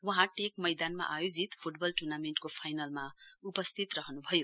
वहाँ टेक मैदानमा आयोजित फुटबल टुर्नामेण्टको फाइनलमा उपस्थित रहनुभयो